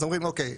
אז אומרים אוקיי,